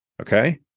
Okay